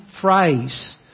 phrase